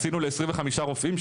עשינו ל-25 רופאים,